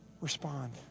respond